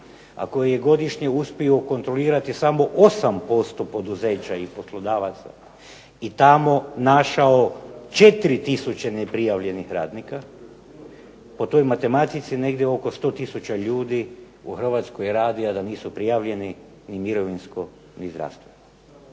a koji je godišnje uspio kontrolirati samo 8% poduzeća i poslodavaca i tamo našao 4 tisuće neprijavljenih radnika, po toj matematici negdje oko 100 tisuća ljudi u Hrvatskoj radi, a da nisu prijavljeni ni mirovinsko ni zdravstveno.